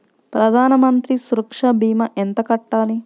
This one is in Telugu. ప్రధాన మంత్రి సురక్ష భీమా ఎంత కట్టాలి?